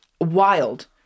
wild